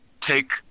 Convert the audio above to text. take